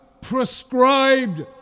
Prescribed